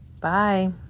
Bye